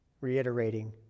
reiterating